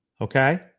Okay